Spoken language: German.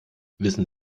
wissen